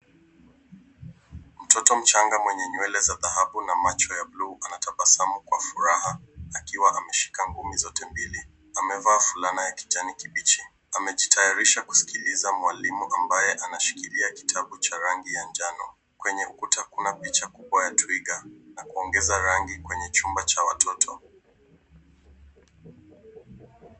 Mtoto mchanga mwenye nywele za dhahabu na macho ya buluu anatabasamu kwa furaha, akiwa ameshika ngumi zote mbili. Amevaa fulana ya kijani kibichi, amejitayarisha kusikiliza mwalimu ambaye anashikilia kitabu cha rangi ya njano. Kwenye ukuta, kuna picha kubwa ya twiga na kuongeza rangi kwenye chumba cha watoto.